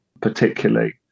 particularly